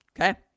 Okay